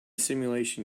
simulation